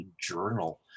journal